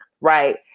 Right